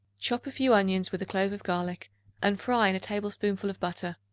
chop a few onions with a clove of garlic and fry in a tablespoonful of butter.